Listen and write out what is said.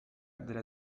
della